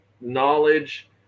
knowledge